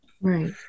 Right